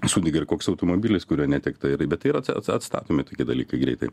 sudegė ir koks automobilis kurio netekta ir bet tai yra atstatomi tokie dalykai greitai